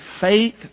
faith